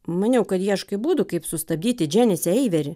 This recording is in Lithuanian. maniau kad ieškai būdų kaip sustabdyti dženisę eiveri